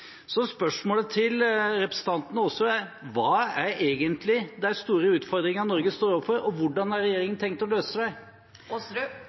Så spørsmålet til representanten Aasrud er: Hva er egentlig de store utfordringene Norge står overfor, og hvordan har